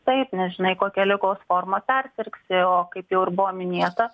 taip nežinai kokia ligos forma persirgsi o kaip jau ir buvo minėta